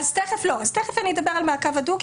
תכף אני אדבר על מעקב הדוק,